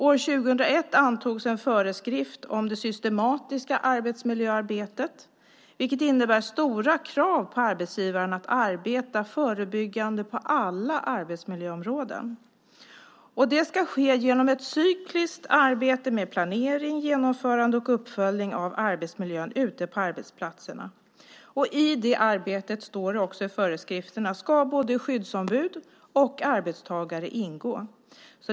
År 2001 antogs en föreskrift om det systematiska arbetsmiljöarbetet, vilket innebär stora krav på arbetsgivaren att arbeta förebyggande på alla arbetsmiljöområden. Det ska ske genom ett cykliskt arbete med planering, genomförande och uppföljning av arbetsmiljön ute på arbetsplatserna. I det arbetet, står det i föreskrifterna, ska både skyddsombud och arbetstagare ingå.